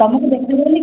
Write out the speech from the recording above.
ତମକୁ ଦେଖେଇଲି